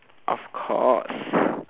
of course